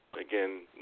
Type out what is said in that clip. Again